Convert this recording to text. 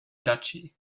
duchy